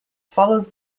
follows